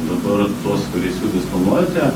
dabar tuos paveiksliukus naudojate